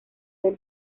del